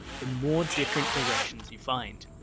the more different directions you find.